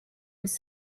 was